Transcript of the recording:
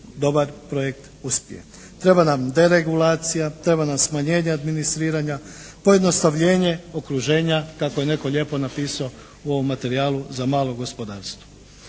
dobar projekt uspije. Treba nam deregulacija, treba nam smanjenje administriranja, pojednostavljenje okruženja kako je netko lijepo napisao u ovom materijalu za malo gospodarstvo.